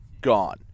gone